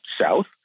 South